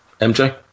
MJ